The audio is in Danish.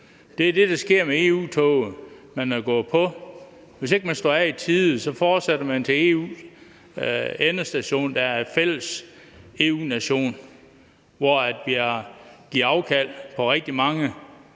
Det er det, der sker med EU-toget. Man er stået på, og hvis ikke man står af i tide, fortsætter man til EU's endestation, som er en fælles EU-nation, hvor vi har givet afkald på rigtig mange